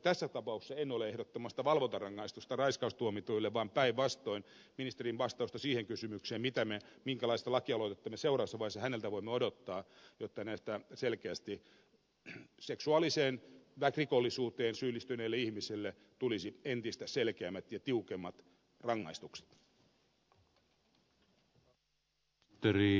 tässä tapauksessa en ole ehdottamassa valvontarangaistusta raiskaustuomituille vaan päinvastoin ministerin vastausta siihen kysymykseen minkälaista lakialoitetta me seuraavassa vaiheessa häneltä voimme odottaa jotta näille selkeästi seksuaaliseen rikollisuuteen syyllistyneille ihmisille tulisi entistä selkeämmät ja tiukemmat rangaistukset